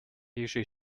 usually